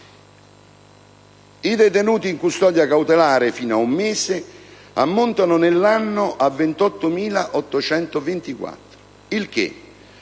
I detenuti in custodia cautelare fino ad un mese ammontano nell'anno a 28.824, il che